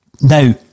Now